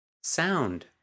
Sound